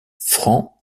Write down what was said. francs